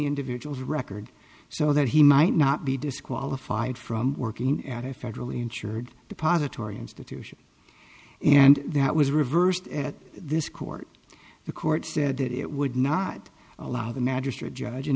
individual's record so that he might not be disqualified from working at a federally insured depository institution and that was reversed at this court the court said that it would not allow the magistrate judge and